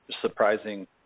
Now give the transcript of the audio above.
surprising